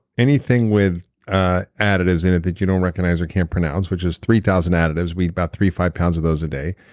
anything with ah additives in it that you don't recognize or can't pronounce, which is three thousand additives. we eat about three to five pounds of those a day.